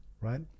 right